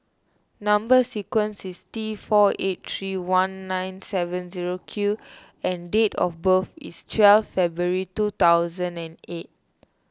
Number Sequence is T four eight three one nine seven zero Q and date of birth is twelve February two thousand and eight